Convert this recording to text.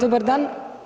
Dobar dan.